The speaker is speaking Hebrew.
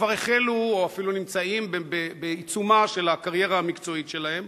שכבר החלו או אפילו נמצאים בעיצומה של הקריירה המקצועית שלהם,